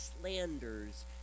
slanders